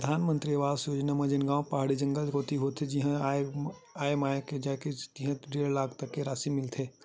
परधानमंतरी आवास योजना म जेन गाँव पहाड़ी जघा, जंगल कोती होथे जिहां आए जाए म परसानी होथे तिहां डेढ़ लाख तक रासि मिलथे